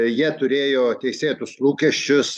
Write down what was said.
jie turėjo teisėtus lūkesčius